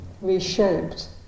reshaped